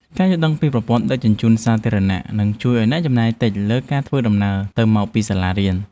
ការយល់ដឹងពីប្រព័ន្ធដឹកជញ្ជូនសាធារណៈនឹងជួយឱ្យអ្នកចំណាយតិចលើការធ្វើដំណើរទៅមកពីសាលារៀន។